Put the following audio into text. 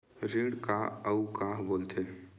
ऋण का अउ का बोल थे?